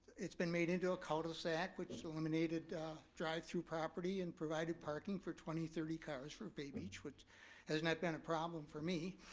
it's been made into a cul de sac, which eliminated drive through property and provided parking for twenty, thirty cars for bay beach, which has not been a problem for me.